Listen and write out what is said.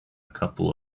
couple